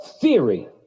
theory